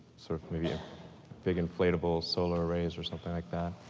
sort of maybe a big inflatable solar arrays or something like that.